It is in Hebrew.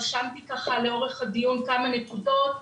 אני רשמתי לעצמי ככה לאורך הדיון כמה נקודות,